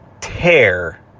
tear